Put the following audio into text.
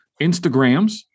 instagrams